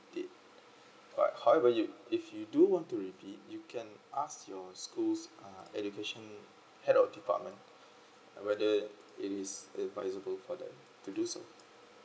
did but however you if you do want to repeat you can ask your schools uh education head of department uh whether it is advisable for them to do so